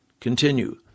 continue